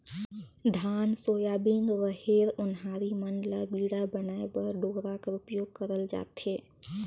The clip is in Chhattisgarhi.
धान, सोयाबीन, रहेर, ओन्हारी मन ल बीड़ा बनाए बर डोरा कर उपियोग करल जाथे